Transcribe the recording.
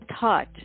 thought